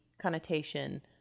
connotation